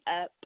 up